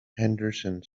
henderson